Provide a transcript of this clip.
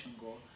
goal